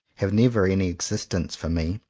have never any existence for me.